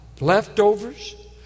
Leftovers